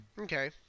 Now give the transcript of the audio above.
Okay